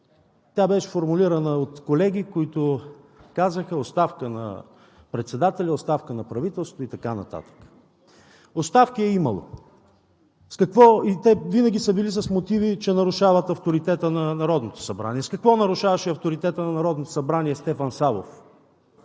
Тя беше формулирана от колеги, които казаха: „Оставка на председателя! Оставка на правителството!“ и така нататък. Оставки е имало и те винаги са били с мотиви, че нарушават авторитета на Народното събрание. С какво нарушаваше авторитета на Народното събрание Стефан Савов